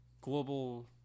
global